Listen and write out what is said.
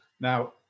Now